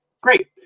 Great